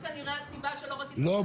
זאת כנראה הסיבה שלא רצית --- לא,